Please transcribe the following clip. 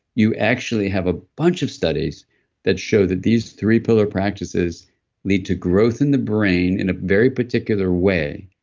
you actually have a bunch of studies that show that these three pillar practices lead to growth in the brain in a very particular way,